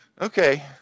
okay